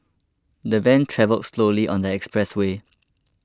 the van travelled slowly on the expressway